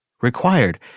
required